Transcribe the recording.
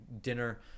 dinner